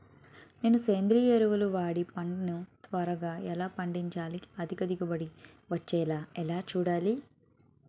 ఏ సేంద్రీయ ఎరువు వాడి పంట ని త్వరగా ఎలా పండించాలి? అధిక దిగుబడి వచ్చేలా ఎలా చూడాలి?